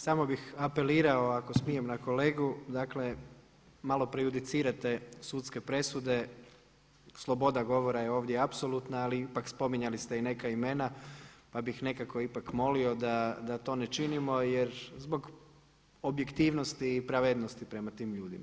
Samo bih apelirao, ako smijem, na kolegu, dakle, malo prejudicirate sudske presude, sloboda govora je ovdje apsolutna, ali ipak spominjali ste i neka imena, pa bih nekako ipak molio da to ne činimo jer zbog objektivnosti i pravednosti prema tim ljudima.